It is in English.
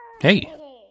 Hey